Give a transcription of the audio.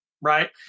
right